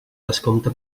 descompte